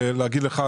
להגיד לך,